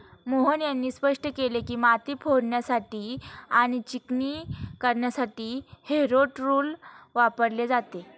मोहन यांनी स्पष्ट केले की, माती फोडण्यासाठी आणि चिकणी करण्यासाठी हॅरो टूल वापरले जाते